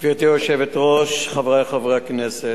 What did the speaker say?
1 2. גברתי היושבת-ראש, חברי חברי הכנסת,